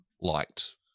liked